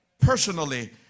personally